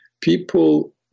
people